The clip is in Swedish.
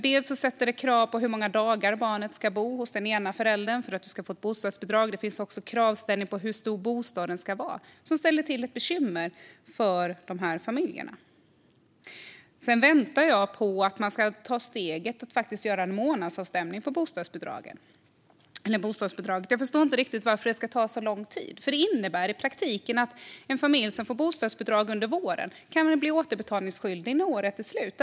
Det ställer krav på hur många dagar barnet ska bo hos den ena föräldern för att den ska få bostadsbidrag. Det ställer också krav på hur stor bostaden ska vara. Det ställer till bekymmer för de här familjerna. Sedan väntar jag på att man ska ta steget och faktiskt göra en månadsavstämning av bostadsbidraget. Jag förstår inte riktigt varför det ska ta så lång tid. Att det gör det innebär i praktiken att en familj som får bostadsbidrag under våren kan bli återbetalningsskyldig när året är slut.